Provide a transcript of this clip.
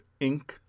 Inc